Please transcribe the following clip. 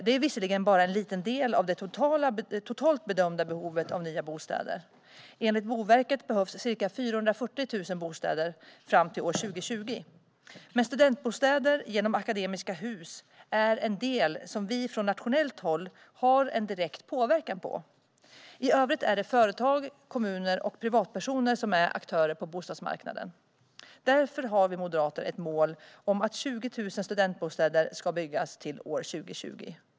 Det är visserligen bara en liten del av det totalt bedömda behovet av nya bostäder. Enligt Boverket behövs ca 440 000 nya bostäder fram till år 2020. Men studentbostäder genom Akademiska Hus är en del som vi från nationellt håll har en direkt påverkan på. I övrigt är företag, kommuner och privatpersoner aktörer på bostadsmarknaden. Därför har vi moderater ett mål om att 20 000 studentbostäder ska byggas till år 2020.